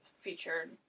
featured